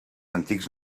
antics